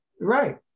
Right